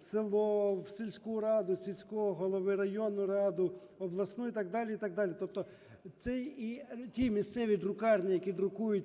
село, в сільську раду, сільського голови, районну раду, обласну і так далі, і так далі. Тобто це ті місцеві друкарні, які друкують